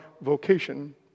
vocation